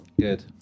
Good